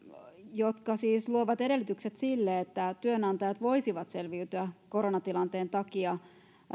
luovat edellytykset sille että työantajat voisivat selviytyä koronatilanteen takia